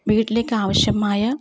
വീട്ടിലേക്ക് ആവശ്യമായ